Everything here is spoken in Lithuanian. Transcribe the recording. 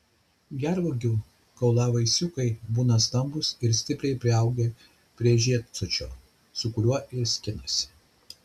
gervuogių kaulavaisiukai būna stambūs ir stipriai priaugę prie žiedsosčio su kuriuo ir skinasi